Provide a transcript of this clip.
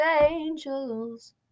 angels